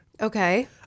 Okay